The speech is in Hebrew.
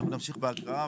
אנחנו נמשיך בהקראה